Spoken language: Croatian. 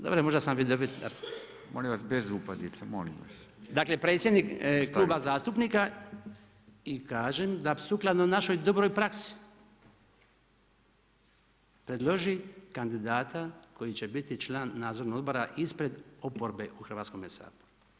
Dobro možda sam vidovit [[Upadica: Milim vas bez upadica, molim vas.]] Dakle, predsjednik Kluba zastupnika i kažem, da sukladno našoj dobroj praksi preloži kandidata koji će biti član nadzornog odbora ispred oporbe u Hrvatskome saboru.